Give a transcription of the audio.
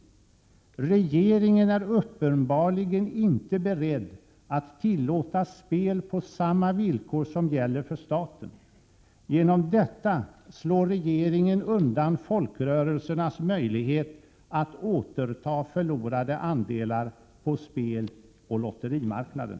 Regeringen är uppenbarligen inte beredd att tillåta spel på samma villkor som gäller för staten. Genom detta slår regeringen undan folkrörelsernas möjlighet att återta förlorade andelar på speloch lotterimarknaden.”